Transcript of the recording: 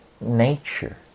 Nature